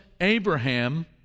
Abraham